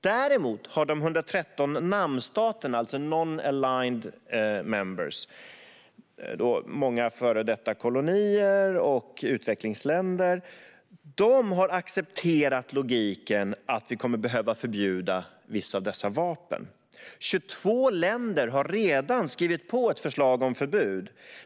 Däremot har de 113 NAM-staterna i Non-Aligned Movement, många före detta kolonier och utvecklingsländer, accepterat logiken att vi kommer att behöva förbjuda vissa av dessa vapen. Det är 22 länder som redan har skrivit på ett förslag om förbud.